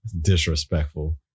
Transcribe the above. Disrespectful